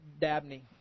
Dabney